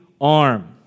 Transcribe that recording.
arm